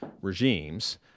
regimes